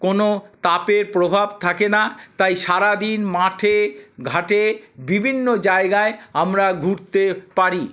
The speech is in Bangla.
কোনো তাপের প্রভাব থাকে না তাই সারা দিন মাঠে ঘাটে বিভিন্ন জায়গায় আমরা ঘুরতে পারি